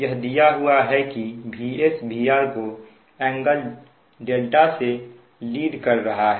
यह दिया हुआ है कि VS VR को एंगल δ से लीड कर रहा है